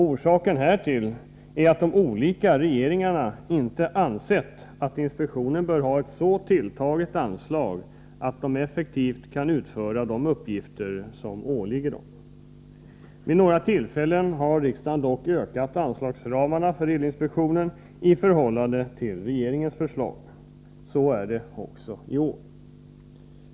Orsakerna härtill är att de olika regeringarna inte ansett att inspektionen bör ha ett så tilltaget anslag att den effektivt kan utföra de uppgifter som åligger den. Vid några tillfällen har riksdagen ökat anslagsramarna för elinspektionen i förhållande till regeringens förslag. Så är det också i år.